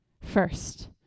first